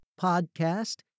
podcast